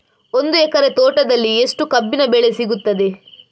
ಒಂದು ಎಕರೆ ತೋಟದಲ್ಲಿ ಎಷ್ಟು ಕಬ್ಬಿನ ಬೆಳೆ ಸಿಗುತ್ತದೆ?